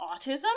autism